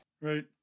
Right